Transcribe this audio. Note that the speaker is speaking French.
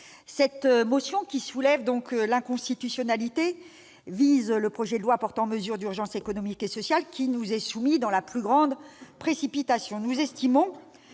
Cette motion, qui soulève l'inconstitutionnalité, vise le projet de loi portant mesures d'urgence économiques et sociales qui nous est soumis dans la plus grande précipitation.